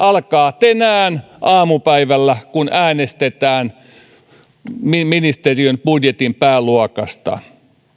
alkaa tänään aamupäivällä kun äänestetään ministeriön budjetin pääluokasta